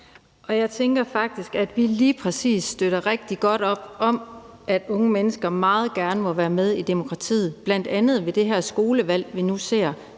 Jeg tænker faktisk, at vi lige præcis støtter rigtig godt op om, at unge mennesker meget gerne må være med i demokratiet, bl.a. ved det her skolevalg, som vi nu ser,